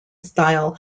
style